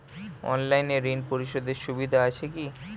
অনলাইনে ঋণ পরিশধের সুবিধা আছে কি?